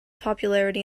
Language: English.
popularity